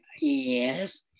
Yes